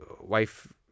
wife